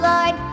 Lord